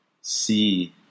see